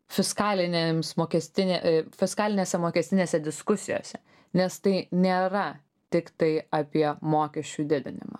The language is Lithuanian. fiskalinėms mokestinė fiskalinėse mokestinėse diskusijose nes tai nėra tiktai apie mokesčių didinimą